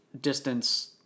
distance